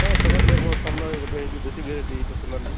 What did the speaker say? ହଁ ସୋନାଲି ଆପଣଙ୍କ ସାମ୍ନାରେ ଏଇଟା ଭେରାଇଟି ଦେଶୀ ଭେରାଇଟି ଏଇଟା ସୋନାଲି